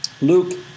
Luke